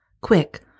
Quick